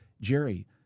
Jerry